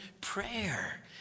prayer